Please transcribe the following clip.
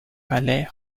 palais